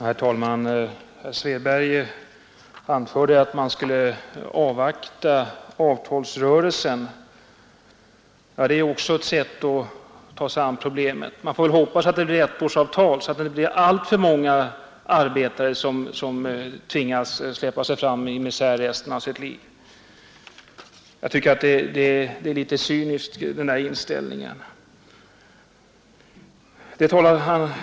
Herr talman! Herr Svedberg anförde att man skulle avvakta avtalsrörelsen. Det är också ett sätt att ta sig an problemet! Man får hoppas att det blir ettårsavtal, så att inte alltför många arbetare tvingas släpa sig fram i misär resten av sitt liv. Jag tycker att herr Svedbergs inställning är litet cynisk.